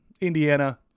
Indiana